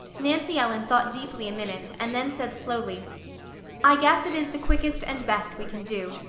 nancy ellen thought deeply a minute and then said slowly i guess it is the quickest and best we can do.